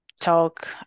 talk